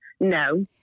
no